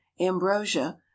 ambrosia